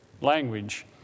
language